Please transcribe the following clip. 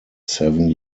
seven